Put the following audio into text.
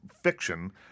fiction